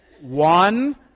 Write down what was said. one